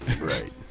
Right